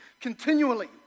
continually